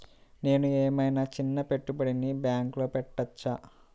నేను ఏమయినా చిన్న పెట్టుబడిని బ్యాంక్లో పెట్టచ్చా?